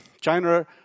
China